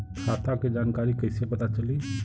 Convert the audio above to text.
खाता के जानकारी कइसे पता चली?